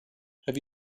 have